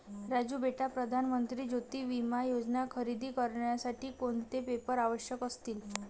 राजू बेटा प्रधान मंत्री ज्योती विमा योजना खरेदी करण्यासाठी कोणते पेपर आवश्यक असतील?